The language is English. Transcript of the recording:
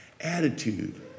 Attitude